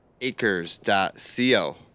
acres.co